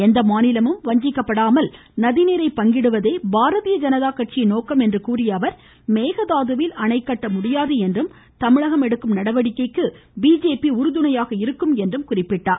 எந்த மாநிலமும் வஞ்சிக்கப்படாமல் நதிநீர் பங்கிடுவதே பாரதீய ஜனதா கட்சியின் நோக்கம் என்றும் கூறிய அவர் மேகதாதுவில் அணை கட்ட முடியாது என்றும் தமிழகம் எடுக்கும் நடவடிக்கைக்கு பிஜேபி உறுதுணையாக இருக்கும் என்றும் குறிப்பிட்டார்